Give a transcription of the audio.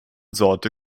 sorte